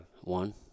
One